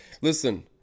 Listen